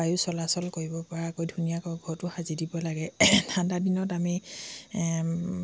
বায়ু চলাচল কৰিব পৰাকৈ ধুনীয়াকৈ ঘৰটো সাজি দিব লাগে ঠাণ্ডা দিনত আমি